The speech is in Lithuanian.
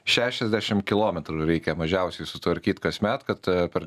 šešiasdešim kilometrų reikia mažiausiai sutvarkyt kasmet kad per